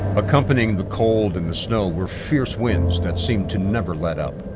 accompanying the cold and the snow were fierce winds that seemed to never let up.